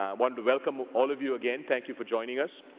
i want to welcome all of you again. thank you for joining us.